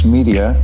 Media